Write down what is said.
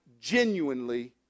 genuinely